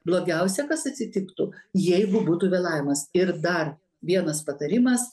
blogiausia kas atsitiktų jeigu būtų vėlavimas ir dar vienas patarimas